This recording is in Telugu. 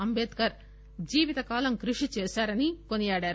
అంబేద్కర్ జీవితకాలం కృషి చేశారని కొనియాడారు